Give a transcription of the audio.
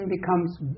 becomes